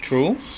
true